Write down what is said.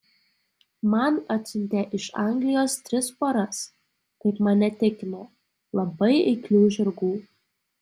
man atsiuntė iš anglijos tris poras kaip mane tikino labai eiklių žirgų